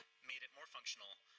made it more functional,